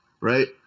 right